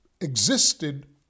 existed